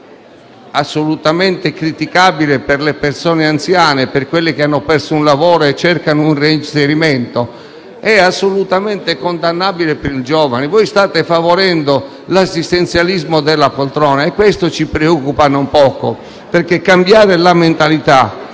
è assolutamente criticabile per le persone anziane e per quelli che hanno perso un lavoro e cercano un reinserimento, è assolutamente condannabile per i giovani. Voi state favorendo l'assistenzialismo della poltrona e questo ci preoccupa non poco, perché cambiare la mentalità,